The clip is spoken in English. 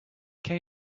can